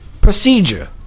procedure